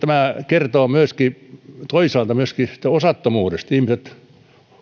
tämä kertoo toisaalta myöskin osattomuudesta ihmiset